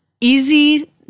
easy